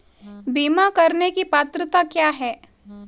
बीमा करने की पात्रता क्या है?